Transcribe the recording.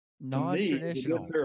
non-traditional